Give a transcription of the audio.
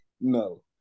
No